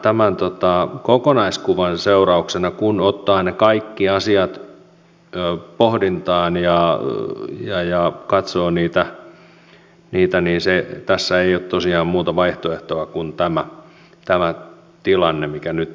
tämän kokonaiskuvan seurauksena kun ottaa ne kaikki asiat pohdintaan ja katsoo niitä tässä ei ole tosiaan muuta vaihtoehtoa kuin tämä tilanne mikä nyt on